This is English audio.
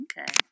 okay